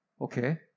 Okay